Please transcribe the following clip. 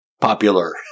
popular